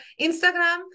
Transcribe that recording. Instagram